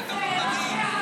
זה דבר מדהים.